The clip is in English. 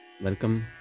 Welcome